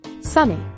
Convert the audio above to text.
sunny